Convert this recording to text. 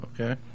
Okay